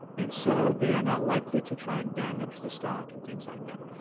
and so they are not likely to try and damage the stock and things like that.